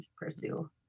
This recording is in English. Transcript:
pursue